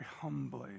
humbly